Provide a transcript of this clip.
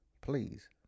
Please